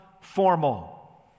formal